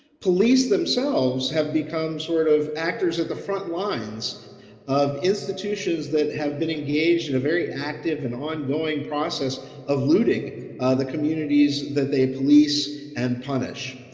police themselves have become sort of actors at the front lines of institutions that have been engaged in a very active and ongoing process of looting the communities that they police and punish